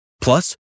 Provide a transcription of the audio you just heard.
Plus